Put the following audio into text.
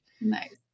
nice